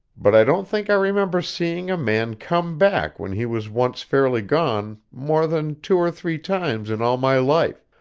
but i don't think i remember seeing a man come back when he was once fairly gone more than two or three times in all my life,